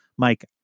Mike